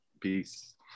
Peace